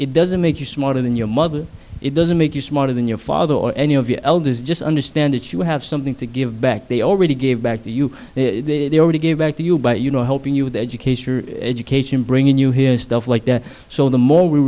it doesn't make you smarter than your mother it doesn't make you smarter than your father or any of your elders just understand that you have something to give back they already gave back to you they were to give back to you but you know helping you with education education bring in you hear stuff like that so the more we